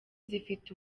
zifite